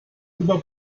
über